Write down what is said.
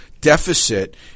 deficit